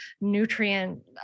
nutrient